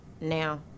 now